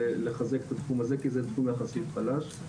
לחזק את התחום הזה כי זה תחום יחסית חלש.